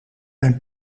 mijn